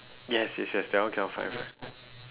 yes yes yes that one cannot find friend